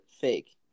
Fake